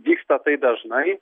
vyksta tai dažnai